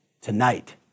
tonight